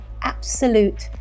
absolute